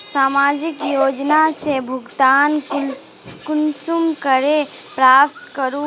सामाजिक योजना से भुगतान कुंसम करे प्राप्त करूम?